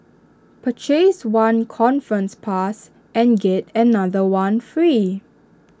purchase one conference pass and get another one free